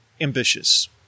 ambitious